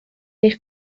eich